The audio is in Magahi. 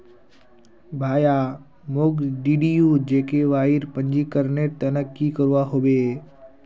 भाया, मोक डीडीयू जीकेवाईर पंजीकरनेर त न की करवा ह बे